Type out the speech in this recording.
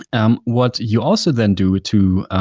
um what you also then do to